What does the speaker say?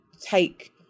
take